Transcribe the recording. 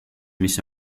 mis